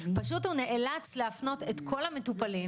פשוט הוא נאלץ להפנות את כל המטופלים,